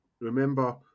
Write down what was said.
Remember